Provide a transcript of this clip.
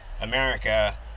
America